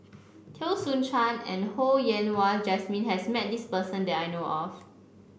Teo Soon Chuan and Ho Yen Wah Jesmine has met this person that I know of